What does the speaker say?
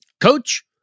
Coach